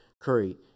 Curry